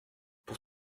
pour